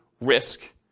risk